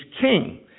king